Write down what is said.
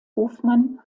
hofmann